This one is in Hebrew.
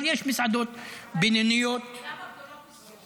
אבל יש מסעדות בינוניות --- גם הגדולות נסגרו.